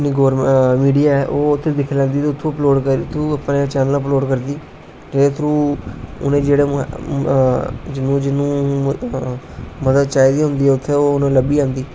साढ़ी जेहड़ी मिडिया ऐ ओह् फिर दिक्खी लेंदी ते फिर उत्थू अपलोड करी उत्थू अपने चैनल उप्पर अपलोड करदी जेहदे थ्रू उनें जेहडे़ जिनू जिनू मदद चाहिदी होंदी ओह् उत्थे ओह् उनेंगी लब्भी जंदी